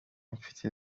mfite